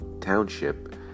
Township